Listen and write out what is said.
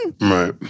Right